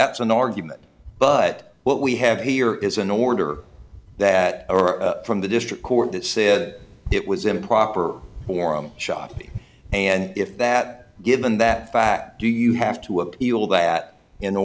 that's an argument but what we have here is an order that or a from the district court that said it was improper forum shopping and if that given that fact do you have to appeal that in